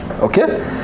Okay